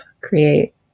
create